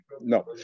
No